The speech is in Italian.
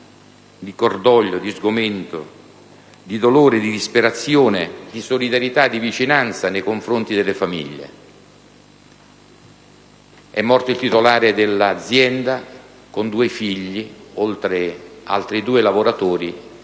di cordoglio, di sgomento, di dolore, di disperazione, di solidarietà, di vicinanza nei confronti delle famiglie. È morto il titolare dell'azienda, con due figli, oltre ad altri due lavoratori